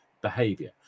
behavior